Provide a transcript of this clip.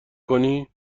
کنی